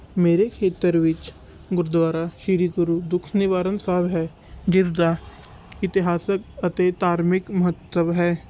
ਮੇਰੇ ਖੇਤਰ ਵਿੱਚ ਗੁਰਦੁਆਰਾ ਸ਼੍ਰੀ ਗੁਰੂ ਦੁਖ ਨਿਵਾਰਨ ਸਾਹਿਬ ਹੈ ਜਿਸ ਦਾ ਇਤਿਹਾਸਕ ਅਤੇ ਧਾਰਮਿਕ ਮਹੱਤਵ ਹੈ